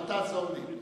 אל תעזור לי.